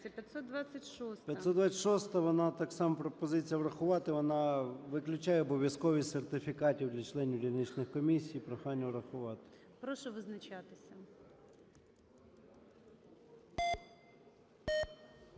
О.М. 526-а, вона так само пропозиція врахувати. Вона виключає обов'язкові сертифікати для членів дільничних комісій. Прохання врахувати. ГОЛОВУЮЧИЙ. Прошу визначатися.